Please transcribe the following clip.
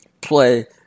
play